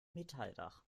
metalldach